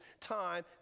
time